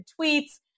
tweets